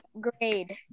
grade